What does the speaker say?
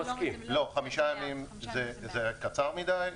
חמישה ימים זה קצר מדי,